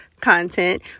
content